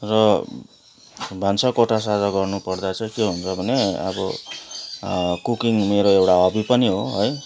र भान्साकोठा साझा गर्नु पर्दा चाहिँ के हुन्छ भने अब कुकिङ मेरो एउटा हबी पनि हो है